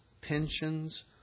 pensions